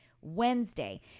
Wednesday